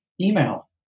email